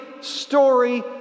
story